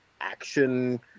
action